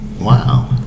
Wow